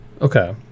okay